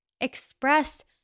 Express